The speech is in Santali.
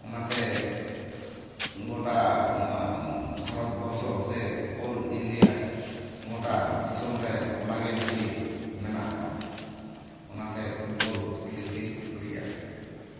ᱚᱱᱟᱛᱮ ᱜᱚᱴᱟ ᱱᱚᱶᱟ ᱵᱷᱟᱨᱚᱛ ᱵᱚᱨᱥᱚ ᱥᱮ ᱚᱞ ᱤᱱᱰᱤᱭᱟ ᱜᱚᱴᱟ ᱫᱤᱥᱚᱢ ᱨᱮ ᱚᱱᱟᱜᱤ ᱵᱮᱥᱤ ᱢᱮᱱᱟᱜ ᱟᱠᱟᱫᱟ ᱚᱱᱟᱛᱮ ᱯᱷᱩᱴᱵᱚᱞ ᱠᱷᱮᱞ ᱜᱤᱧ ᱠᱩᱥᱤᱭᱟᱜᱼᱟ